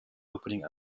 opening